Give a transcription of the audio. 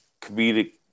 comedic